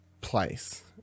place